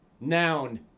Noun